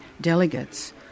delegates